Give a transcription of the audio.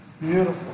Beautiful